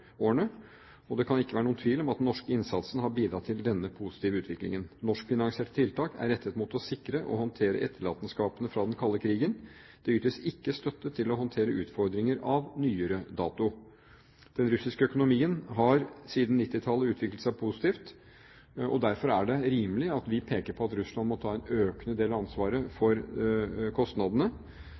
årene, og det kan ikke være noen tvil om at den norske innsatsen har bidratt til denne positive utviklingen. Norskfinansierte tiltak er rettet mot å sikre og håndtere etterlatenskapene fra den kalde krigen. Det ytes ikke støtte for å håndtere utfordringer av nyere dato. Den russiske økonomien har siden 1990-tallet utviklet seg positivt, og derfor er det rimelig at vi peker på at Russland må ta en økende del av ansvaret for kostnadene.